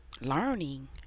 learning